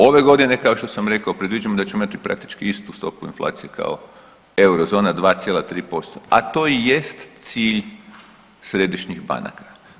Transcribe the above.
Ove godine kao što sam rekao predviđam da ćemo imat praktički istu stopu inflaciju kao eurozona 2,3%, a to i jest cilj središnjih banaka.